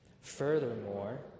furthermore